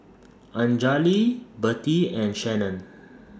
Anjali Birtie and Shannon